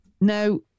now